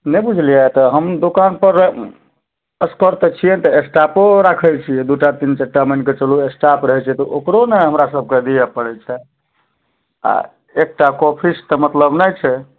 नहि बुझलियै तऽ हम दोकानपर असगर तऽ छियै नहि तऽ स्टाफो राखै छियै दूटा तीन चारि टा मानि कऽ चलू स्टाफ रहै छै तऽ ओकरो ने हमरा सबके दिअ परै छै आ एकटा कॉफीसँ तऽ मतलब नहि छै